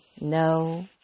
No